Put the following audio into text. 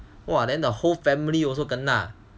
!wah! then the whole family also kena